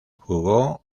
jugó